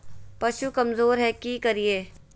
पशु कमज़ोर है कि करिये?